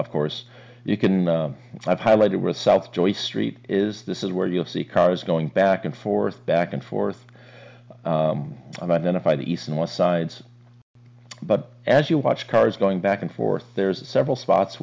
of course you can i've highlighted with south joy street is this is where you'll see cars going back and forth back and forth and identify the east and west sides but as you watch cars going back and forth there's several spots